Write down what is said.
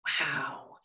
wow